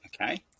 okay